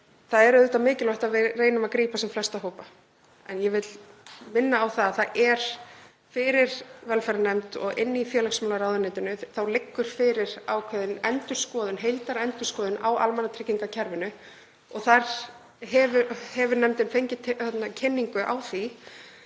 Það er auðvitað mikilvægt að við reynum að grípa sem flesta hópa en ég vil minna á að fyrir velferðarnefnd og inni í félags- og vinnumarkaðsráðuneyti liggur ákveðin endurskoðun, heildarendurskoðun á almannatryggingakerfinu og hefur nefndin fengið kynningu á því.